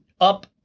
up